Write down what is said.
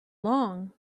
long